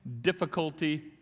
difficulty